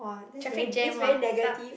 traffic jam [wah] sucks